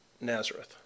Nazareth